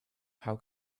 how